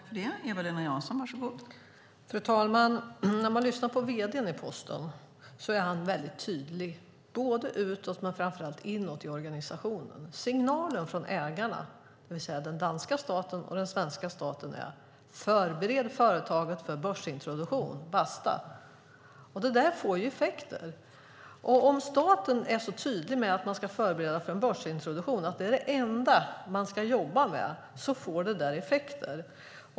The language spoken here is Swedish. Fru talman! Vd:n i Posten är väldigt tydlig utåt och framför allt inåt i organisationen. Signalen från ägarna, det vill säga den danska staten och den svenska staten, är: Förbered företaget för börsintroduktion! Basta! Det får effekter. Om staten är så tydlig med att man ska förbereda för en börsintroduktion att det är det enda man ska jobba med får det effekter.